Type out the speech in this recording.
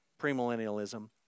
premillennialism